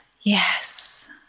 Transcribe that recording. yes